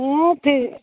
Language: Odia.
ହଁ